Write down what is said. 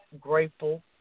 grateful